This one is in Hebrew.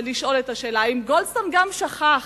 ולשאול את השאלה: האם גולדסטון גם שכח